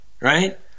Right